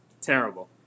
Terrible